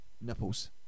nipples